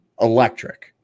electric